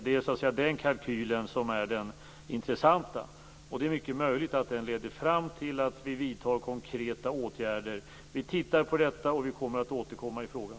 Det är den kalkylen som är den intressanta. Det är mycket möjligt att den leder fram till att vi vidtar konkreta åtgärder. Vi arbetar med detta, och vi skall återkomma i frågan.